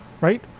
right